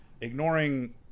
ignoring